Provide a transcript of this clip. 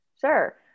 Sure